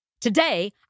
Today